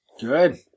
good